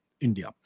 India